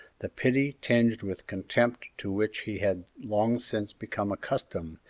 the pity tinged with contempt to which he had long since become accustomed,